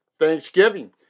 Thanksgiving